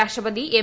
രാഷ്ട്രപതി എം